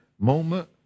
moment